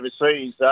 overseas